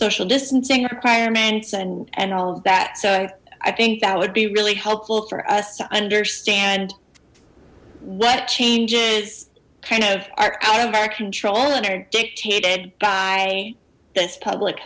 social distancing requirements and and all of that so i i think that would be really helpful for us understand what changez kind of are out of our control and are dictated by this public